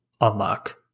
unlock